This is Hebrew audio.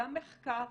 גם מחקר,